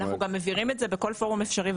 אנחנו גם מבהירים את זה בכל פורום אפשרי,